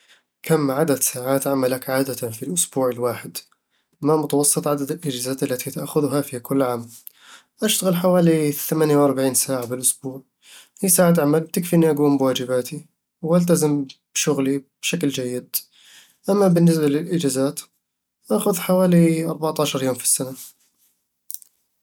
كم عدد ساعات عملك عادةً في الأسبوع الواحد؟ ما متوسط عدد الإجازات التي تأخذها كل عام؟ أشتغل حوالي ثمانية واربعين ساعة بالأسبوع، وهي ساعات عمل بتكفي اني اقوم بواجباتي وألتزم بشغلي بشكل جيد أما بالنسبة للإجازات، آخذ حوالي اربع طاعشر يوم في السنة